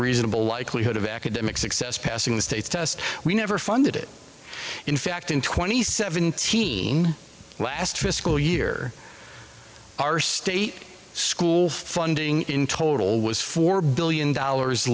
reasonable likelihood of academic success passing the state's test we never funded it in fact in twenty seventeen last fiscal year our state school funding in total was four billion dollars